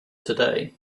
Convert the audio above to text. today